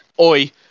oi